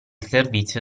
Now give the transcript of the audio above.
servizio